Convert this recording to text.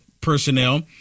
personnel